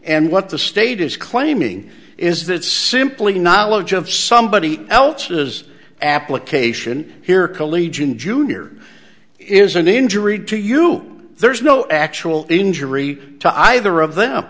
and what the state is claiming is that simply knowledge of somebody else's application here collegian junior is an injury to you there is no actual injury to either of them